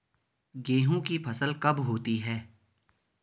गेहूँ की फसल कब होती है?